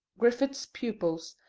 griffith's pupils,